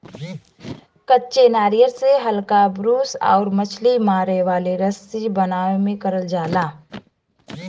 कच्चे नारियल से हल्का ब्रूस आउर मछरी मारे वाला रस्सी बनावे में करल जाला